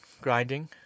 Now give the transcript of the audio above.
grinding